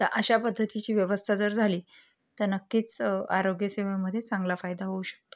तर अशा पद्धतीची व्यवस्था जर झाली तर नक्कीच आरोग्य सेवेमध्ये चांगला फायदा होऊ शकतो